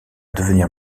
devenir